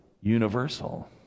universal